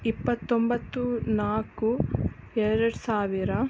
ಇಪ್ಪತ್ತೊಂಬತ್ತು ನಾಲ್ಕು ಎರಡು ಸಾವಿರ